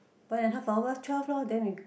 one and a half hour twelve lor then we